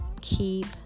Keep